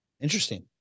Interesting